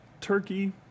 Turkey